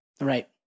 Right